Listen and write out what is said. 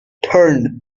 turned